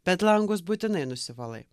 bet langus būtinai nusivalai